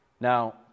Now